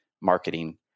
marketing